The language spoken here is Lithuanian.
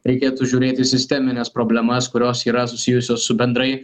reikėtų žiūrėti sistemines problemas kurios yra susijusios su bendrai